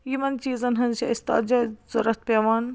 یِمن چیٖزن ہٕنٛز چھِ اَسہِ تَتھ جایہِ ضرورَت پیٚوان